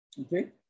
okay